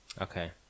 Okay